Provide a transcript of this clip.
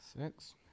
Six